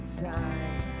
time